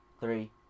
three